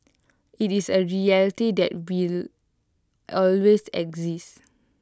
IT is A reality that will always exist